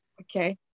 Okay